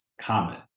common